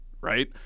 Right